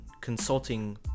consulting